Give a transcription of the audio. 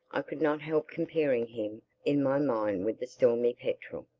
i could not help comparing him in my mind with the stormy petrel.